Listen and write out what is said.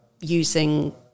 using